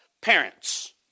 parents